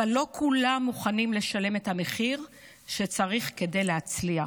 אבל לא כולם מוכנים לשלם את המחיר שצריך כדי להצליח".